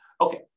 Okay